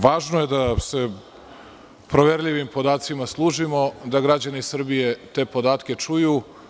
Važno je da se proverljivim podacima služimo, da građani Srbije te podatke čuju.